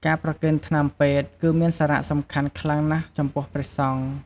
ការប្រគេនថ្នាំពេទ្យ គឺមានសារៈសំខាន់ខ្លាំងណាស់ចំពោះព្រះសង្ឃ។